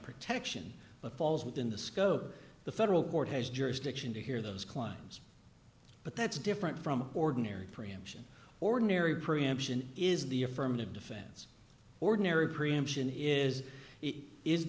protection but falls within the scope of the federal court has jurisdiction to hear those climes but that's different from ordinary preemption ordinary preemption is the affirmative defense ordinary preemption is i